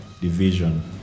Division